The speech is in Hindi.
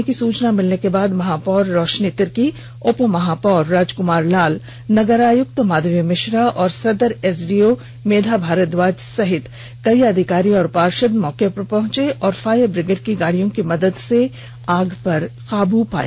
आग लगने की सूचना मिलने के बाद महापौर रौशनी तिर्की उपमहापौर राजक्मार लाल नगर आयुक्त माधवी मिश्रा और सदर एसडीओ मेघा भारद्वाज सहित कई अधिकारी और पार्षद मौके पर पहुंचे और फायर ब्रिगेड की गाड़ियों की मदद से आग पर काबू पाया